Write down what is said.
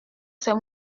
c’est